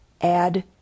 add